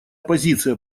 позиция